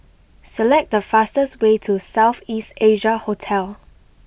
select the fastest way to South East Asia Hotel